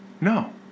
No